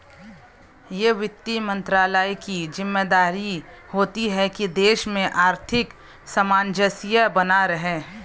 यह वित्त मंत्रालय की ज़िम्मेदारी होती है की देश में आर्थिक सामंजस्य बना रहे